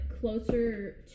closer